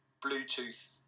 bluetooth